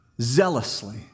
zealously